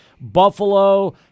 Buffalo